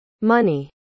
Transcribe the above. money